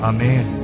Amen